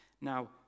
Now